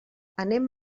anem